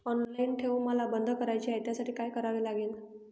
Online ठेव मला बंद करायची आहे, त्यासाठी काय करावे लागेल?